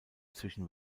zwischen